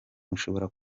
mushobora